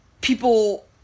People